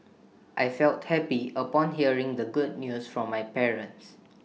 I felt happy upon hearing the good news from my parents